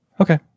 Okay